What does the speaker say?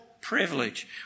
privilege